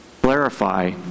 clarify